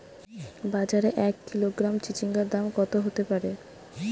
বাজারে এক কিলোগ্রাম চিচিঙ্গার দাম কত হতে পারে?